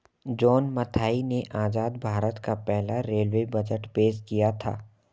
John Mathai ने आजाद भारत का पहला रेलवे बजट पेश किया था